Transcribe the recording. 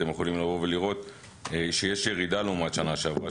אתם יכולים לראות שיש ירידה לעומת שנה שעברה.